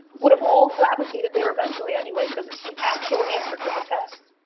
would have all gravitated there eventually anyway cause it's the actual answer to the test.